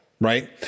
right